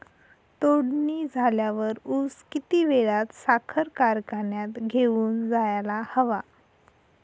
तोडणी झाल्यावर ऊस किती वेळात साखर कारखान्यात घेऊन जायला हवा?